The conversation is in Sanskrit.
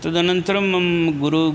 तदनन्तरं मम गुरुः